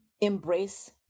embrace